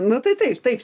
nu tai taip taip